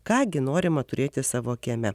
ką gi norima turėti savo kieme